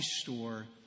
store